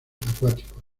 acuáticos